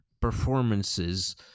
Performances